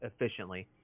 efficiently